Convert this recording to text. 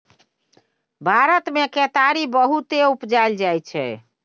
भारत मे केतारी बहुते उपजाएल जाइ छै